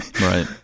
Right